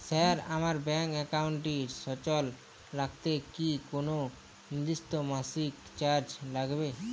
Sir আমার bank একাউন্টটি সচল রাখতে কি কোনো নির্দিষ্ট মাসিক চার্জ লাগবে?